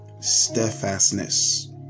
steadfastness